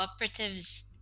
cooperatives